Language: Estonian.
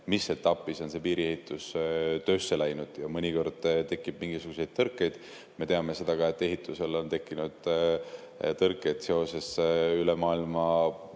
mis etapis on see piiriehitus töösse läinud. Ja mõnikord tekib mingisuguseid tõrkeid. Me teame seda, et ehitusel on tekkinud tõrkeid ka üle maailma